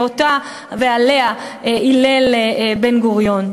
ואותה הילל בן-גוריון.